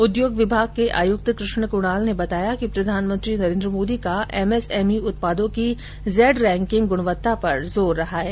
उद्योग विभाग के आयुक्त कृष्ण कुणाल ने बताया कि प्रधानमंत्री नरेन्द्र मोदी का एमएसएमई उत्पादों की जेड रेकिंग गुणवत्ता पर जोर रहा है